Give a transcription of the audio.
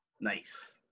nice